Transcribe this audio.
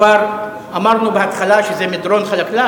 כבר אמרנו בהתחלה שזה מדרון חלקלק,